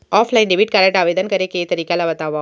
Offline debit card आवेदन करे के तरीका ल बतावव?